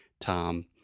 tom